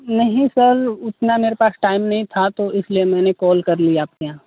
नहीं सर उतना मेरे पास टाइम नहीं था तो इसलिए मैने कॉल कर लिया आपके यहाँ